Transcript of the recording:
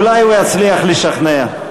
אולי הוא יצליח לשכנע.